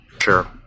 Sure